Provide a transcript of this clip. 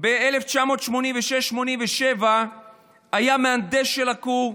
שהיה ב-1987-1986 מהנדס של הכור,